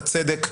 הצדק,